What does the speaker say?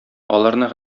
аларны